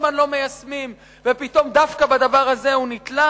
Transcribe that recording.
זמן לא מיישמים ופתאום דווקא בדבר הזה הוא נתלה.